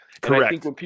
Correct